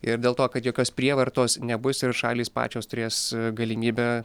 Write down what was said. ir dėl to kad jokios prievartos nebus ir šalys pačios turės galimybę